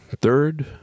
third